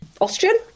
Austrian